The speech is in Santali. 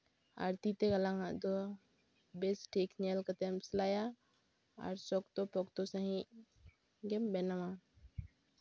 ᱟᱨ ᱛᱤ ᱛᱮ ᱜᱟᱞᱟᱝ ᱟᱜ ᱫᱚ ᱵᱮᱥ ᱴᱷᱤᱠ ᱧᱮᱞ ᱠᱟᱛᱮᱢ ᱥᱤᱞᱟᱭᱟ ᱟᱨ ᱥᱚᱠᱛᱚ ᱯᱚᱠᱛᱚ ᱥᱟᱺᱦᱤᱡ ᱜᱮᱢ ᱵᱮᱱᱟᱣᱟ